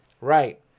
Right